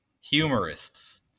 Humorists